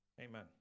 Amen